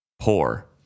poor